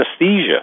anesthesia